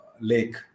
lake